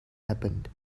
happened